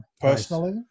personally